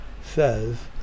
says